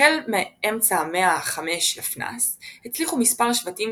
החל באמצע המאה ה-5 לפנה"ס הצליחו מספר שבטים